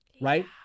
right